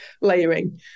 layering